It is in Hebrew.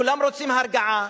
כולם רוצים הרגעה.